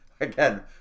Again